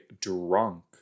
drunk